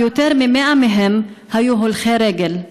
יותר מ-100 מהם היו הולכי רגל,